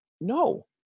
no